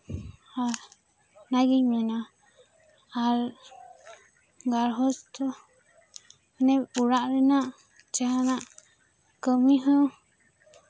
ᱟᱜ ᱚᱱᱟᱜᱤᱧ ᱢᱮᱱᱟ ᱟᱨ ᱜᱨᱟᱦᱚᱥᱛᱨᱚ ᱚᱱᱮ ᱚᱲᱟᱜ ᱨᱮᱱᱟᱜ ᱡᱟᱦᱟᱸᱱᱟᱜ ᱠᱟᱹᱢᱤ ᱦᱚᱸ